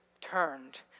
turned